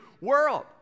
world